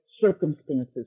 circumstances